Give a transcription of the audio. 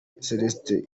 celestin